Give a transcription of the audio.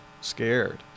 scared